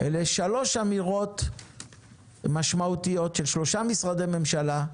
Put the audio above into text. אלו שלוש אמירות משמעותיות של שלושה משרדי ממשלה,